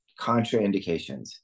contraindications